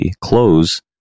close